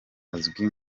azwi